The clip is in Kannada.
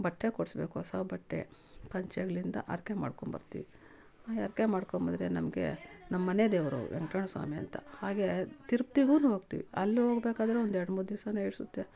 ಬಟ್ಟೆ ಕೊಡಿಸ್ಬೇಕ್ ಹೊಸ ಬಟ್ಟೆ ಪಂಚೆಗಳಿಂದ ಹರ್ಕೆ ಮಾಡ್ಕೊಬರ್ತೀವಿ ಆ ಹರ್ಕೆ ಮಾಡ್ಕೊಬಂದ್ರೆ ನಮಗೆ ನಮ್ಮಮನೆ ದೇವರು ವೆಂಕ್ಟರಮ್ಣ ಸ್ವಾಮಿ ಅಂತ ಹಾಗೆ ತಿರುಪ್ತಿಗೂ ಹೋಗ್ತಿವಿ ಅಲ್ಲಿ ಹೋಗ್ಬೇಕಾದ್ರು ಒಂದು ಎರಡು ಮೂರು ದಿವ್ಸ ಹಿಡ್ಸುತ್ತೆ